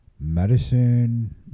Medicine